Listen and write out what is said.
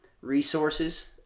resources